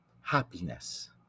happiness